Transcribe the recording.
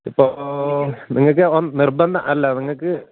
ഇപ്പോൾ നിങ്ങൾക്ക് ഓൻ അല്ല നിങ്ങൾക്ക്